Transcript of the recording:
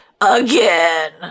again